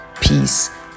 peace